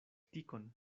tikon